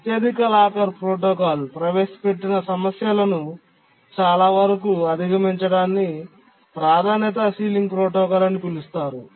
అత్యధిక locker protocol ప్రవేశపెట్టిన సమస్యలను చాలావరకు అధిగమించడాన్ని ప్రాధాన్యత సీలింగ్ ప్రోటోకాల్ అని పిలుస్తారు